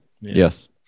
Yes